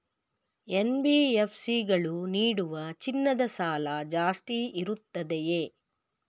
NBFC ಗಳು ನೀಡುವ ಚಿನ್ನದ ಸಾಲ ಜಾಸ್ತಿ ಇರುತ್ತದೆಯೇ?